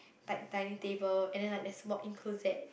like dining table and then like there's walk-in closet